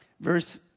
verse